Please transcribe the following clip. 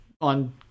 on